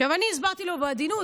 אני הסברתי לו בעדינות,